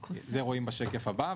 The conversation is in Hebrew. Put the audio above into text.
את זה נראה בשקף הבא,